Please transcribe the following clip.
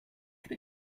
can